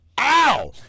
ow